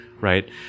right